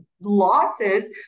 losses